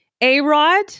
A-Rod